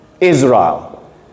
Israel